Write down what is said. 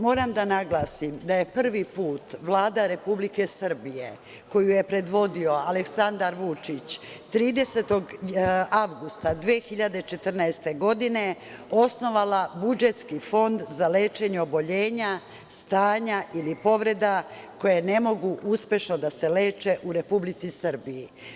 Moram da naglasim da je prvi put Vlada Republike Srbije, koju je predvodio Aleksandar Vučić, 30. avgusta 2014. godine osnovala budžetski Fond za lečenje oboljenja, stanja ili povreda koje ne mogu uspešno da leče u Republici Srbiji.